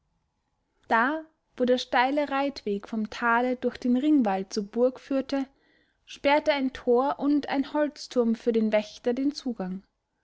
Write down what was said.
da wo der steile reitweg vom tale durch den ringwall zur burg führte sperrte ein tor und ein holzturm für den wächter den zugang